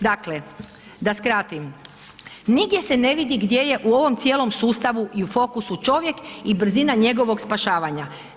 Dakle, da skratim, nigdje se ne vidi gdje je u ovom cijelom sustavu i u fokusu čovjek i brzina njegovog spašavanja.